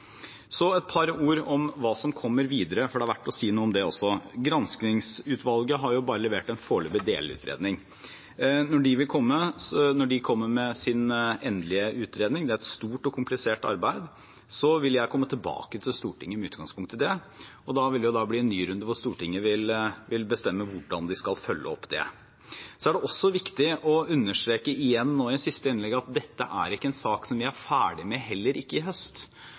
Så et par ord om hva som kommer videre, for det er verdt å si noe om det også. Granskingsutvalget har bare levert en foreløpig delutredning. Når de kommer med sin endelige utredning – det er et stort og komplisert arbeid – vil jeg komme tilbake til Stortinget med utgangspunkt i det, og da vil det bli en ny runde hvor Stortinget vil bestemme hvordan de skal følge opp det. Så er det viktig å understreke – igjen nå i siste innlegg at dette ikke er en sak vi er ferdig med, heller ikke i høst.